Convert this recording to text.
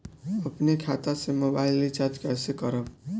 अपने खाता से मोबाइल रिचार्ज कैसे करब?